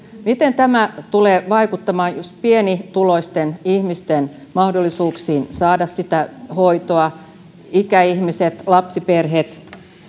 miten tämä tulee vaikuttamaan just pienituloisten ihmisten mahdollisuuksiin saada hoitoa ikäihmiset lapsiperheet